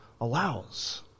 allows